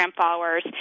followers